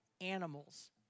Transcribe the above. animals